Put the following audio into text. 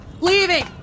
leaving